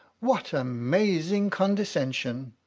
what amazing condescension!